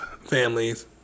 families